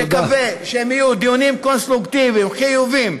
מקווה שהם יהיו דיונים קונסטרוקטיביים, חיוביים,